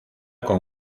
con